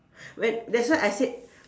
when that's why I said